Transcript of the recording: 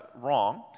wrong